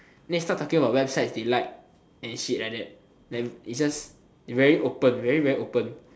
then start talking about websites they like and shit like that like it is just very open very very open